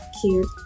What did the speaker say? Cute